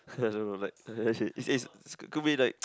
I don't know like it it could be like